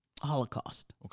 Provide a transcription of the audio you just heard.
Holocaust